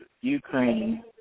Ukraine